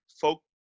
folk